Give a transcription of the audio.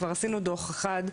כבר עשינו דוח אחד,